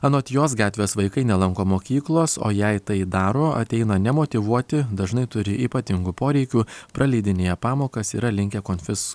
anot jos gatvės vaikai nelanko mokyklos o jei tai daro ateina nemotyvuoti dažnai turi ypatingų poreikių praleidinėja pamokas yra linkę konfis